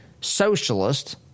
socialist